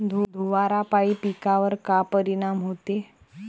धुवारापाई पिकावर का परीनाम होते?